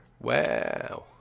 Wow